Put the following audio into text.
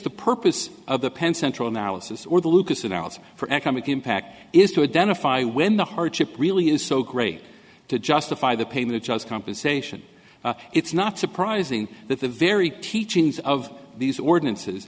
the purpose of the penn central analysis or the lucas accounts for economic impact is to identify when the hardship really is so great to justify the payment of just compensation it's not surprising that the very teachings of these ordinances